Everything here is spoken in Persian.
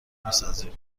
میسازیم